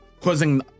causing